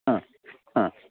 ആ ആ